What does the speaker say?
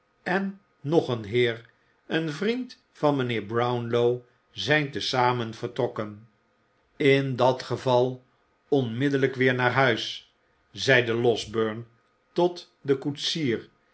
en nog een heer een vriend van mijnheer brownlow zijn te zamen vertrokken in dat geval onmiddellijk weer naar huis zeide losberne tot den koetsier